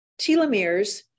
telomeres